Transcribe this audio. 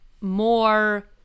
more